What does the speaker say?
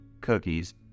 cookies